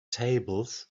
tables